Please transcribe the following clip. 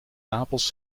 napels